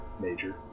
major